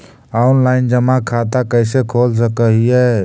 Online जमा खाता कैसे खोल सक हिय?